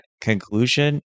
conclusion